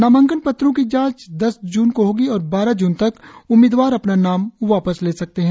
नामांकन पत्रों की जांच दस जून को होगी और बारह जून तक उम्मीदवार अपना नाम वापस ले सकते हैं